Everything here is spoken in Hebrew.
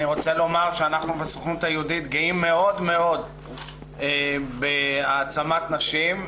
אני רוצה לומר שאנחנו בסוכנות היהודית גאים מאוד בהעצמת נשים.